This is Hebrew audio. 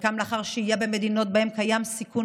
וחלקם לאחר שהייה במדינות שבהן קיים סיכון